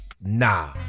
nah